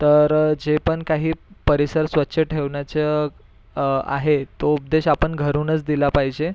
तर जे पण काही परिसर स्वच्छ ठेवण्याचे आहे तो उपदेश आपण घरूनच दिला पाहिजे